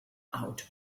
out